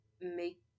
make